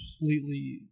completely